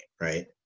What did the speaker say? right